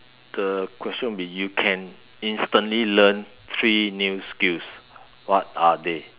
the question will be you can instantly learn three new skills what are they